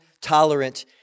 tolerant